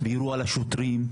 ויירו על השוטרים,